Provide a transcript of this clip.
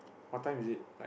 what time is it night